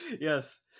Yes